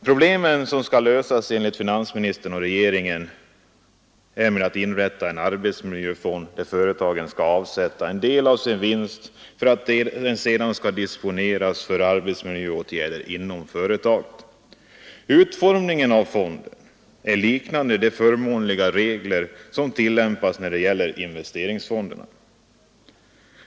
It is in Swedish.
Problemen skall enligt finansministern och regeringen lösas genom att en arbetsmiljöfond inrättas, dit respektive företag skall avsätta en del av sin vinst för att den sedan skall kunna disponeras för arbetsmiljöåtgärder inom företaget. Utformningen av fonden är liknande de förmånliga regler som tillämpas när det gäller investeringsfonderna.